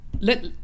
let